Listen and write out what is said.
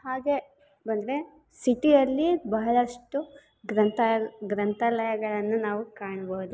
ಹಾಗೇ ಬಂದರೆ ಸಿಟಿಯಲ್ಲಿ ಬಹಳಷ್ಟು ಗ್ರಂಥ ಗ್ರಂಥಾಲಯಗಳನ್ನು ನಾವು ಕಾಣ್ಬೌದು